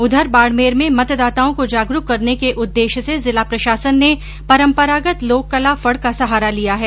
उधर बाडमेर में मतदाताओं को जागरूक करने के उददेश्य से जिला प्रशासन ने परम्परागत लोक कला फड का सहारा लिया है